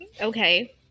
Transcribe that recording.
Okay